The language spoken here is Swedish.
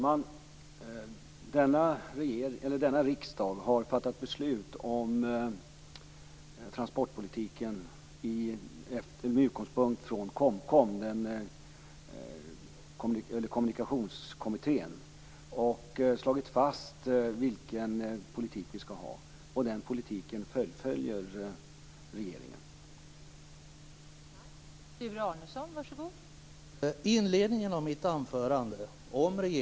Fru talman! Denna riksdag har fattat beslut om transportpolitiken med utgångspunkt i Kommunikationskommitténs, KOMKOM:s, förslag och slagit fast vilken politik vi skall ha. Den politiken fullföljer regeringen.